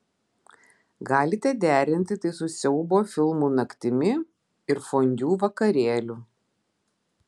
galite derinti tai su siaubo filmų naktimi ir fondiu vakarėliu